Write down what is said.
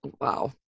Wow